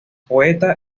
poeta